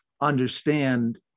understand